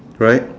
correct